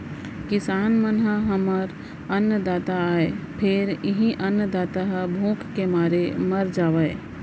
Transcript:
किसान मन ह हमर अन्नदाता आय फेर इहीं अन्नदाता ह भूख के मारे मर जावय